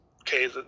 Okay